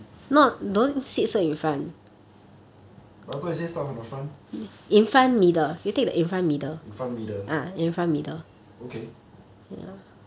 but I thought you say start from the front in front middle okay